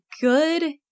good